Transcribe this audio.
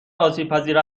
آسیبپذیر